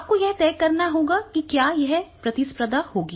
आपको यह तय करना होगा कि क्या यह प्रतिस्पर्धा होगी